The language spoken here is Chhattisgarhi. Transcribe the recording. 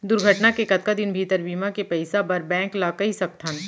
दुर्घटना के कतका दिन भीतर बीमा के पइसा बर बैंक ल कई सकथन?